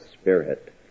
spirit